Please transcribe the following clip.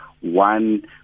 one